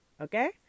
Okay